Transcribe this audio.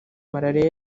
malariya